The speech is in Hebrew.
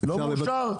לא מאושר,